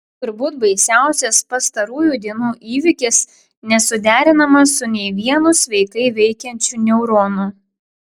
turbūt baisiausias pastarųjų dienų įvykis nesuderinamas su nei vienu sveikai veikiančiu neuronu